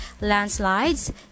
landslides